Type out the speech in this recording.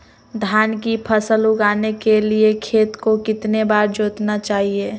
धान की फसल उगाने के लिए खेत को कितने बार जोतना चाइए?